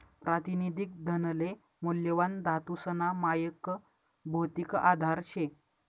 प्रातिनिधिक धनले मौल्यवान धातूसना मायक भौतिक आधार शे